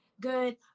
good